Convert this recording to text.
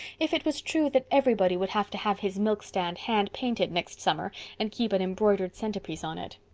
if it was true that everybody would have to have his milk-stand hand-painted next summer and keep an embroidered centerpiece on it.